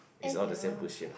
it's all the same bullshit lah